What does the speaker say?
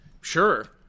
Sure